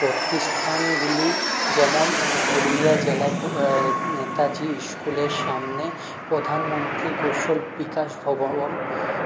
প্রতিষ্ঠানগুলি যেমন পুরুলিয়া জেলায় পু নেতাজি স্কুলের সামনে প্রধানমন্ত্রী কৌশল বিকাশ ভবন